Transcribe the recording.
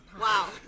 Wow